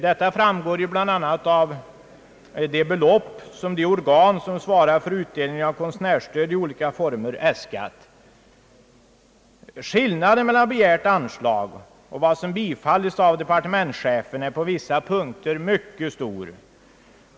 Detta framgår bl.a. av de belopp som äskats från organ som svarar för utdelning av konstnärsstöd i olika former. Skillnaden mellan begärt anslag och vad som bifallits av departementschefen är på vissa punkter mycket stor.